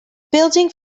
building